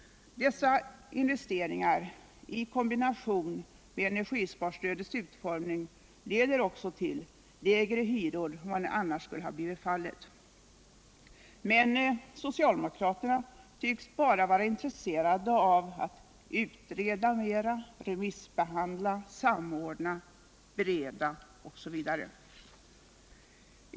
Dessa investeringar i kombination med energisparstödets utformning leder också till lägre hyror än vad som annars skulle ha blivit fallet. Men socialdemokraterna tycks endast vara intresserade av att utreda mera, remissbehandla, samordna, bereda osv.